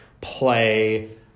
play